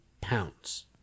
pounds